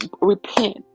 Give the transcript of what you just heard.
repent